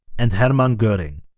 and hermann goering.